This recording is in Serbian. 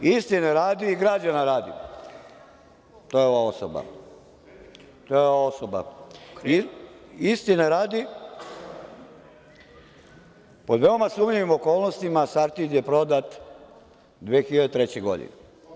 Istine radi, i građana radi, to je ova osoba, pod veoma sumnjivim okolnostima „Sartid“ je prodat 2003. godine.